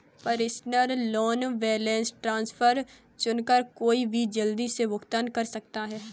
personal loan balance transfer चुनकर कोई भी जल्दी से भुगतान कर सकता है